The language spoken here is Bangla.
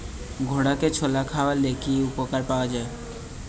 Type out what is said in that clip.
ঘোড়াকে ছোলা খাওয়ালে কি উপকার পাওয়া যায়?